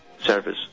service